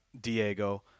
Diego